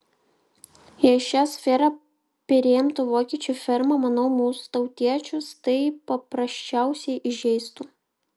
jei šią sferą perimtų vokiečių firma manau mūsų tautiečius tai paprasčiausiai įžeistų